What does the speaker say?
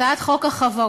הצעת חוק החברות